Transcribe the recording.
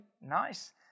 Nice